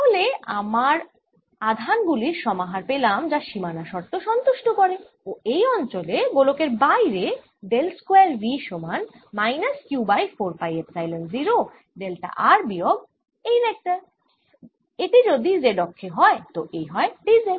তাহলে আমরা আধান গুলির সমাহার পেলাম যা সীমানা শর্ত সন্তুষ্ট করে ও এই অঞ্চলে গোলক এর বাইরে ডেল স্কয়ার V সমান minus q by 4 pi epsilon 0 delta r বিয়োগ এই ভেক্টর এটি যদি z অক্ষে হয় তো এ হয় dz